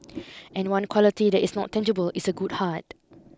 and one quality that is not tangible is a good heart